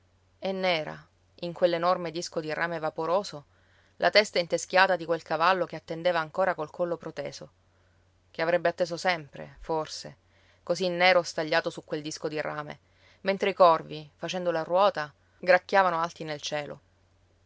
e nera in quell'enorme disco di rame vaporoso la testa inteschiata di quel cavallo che attendeva ancora col collo proteso che avrebbe atteso sempre forse così nero stagliato su quel disco di rame mentre i corvi facendo la ruota gracchiavano alti nel cielo